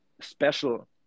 special